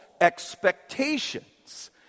expectations